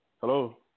Hello